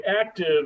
active